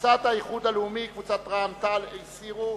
קבוצת האיחוד הלאומי, קבוצת רע"ם-תע"ל, הסירו.